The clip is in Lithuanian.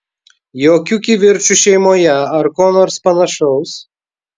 jokių kivirčų šeimoje ar ko nors panašaus